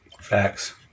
Facts